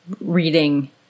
reading